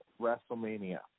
WrestleMania